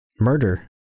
Murder